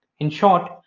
in short,